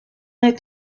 est